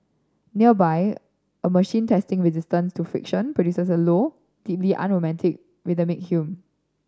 nearby a machine testing resistance to friction produces a low deeply unromantic rhythmic hum